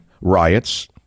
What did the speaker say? riots